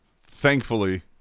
thankfully